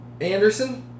Anderson